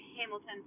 Hamilton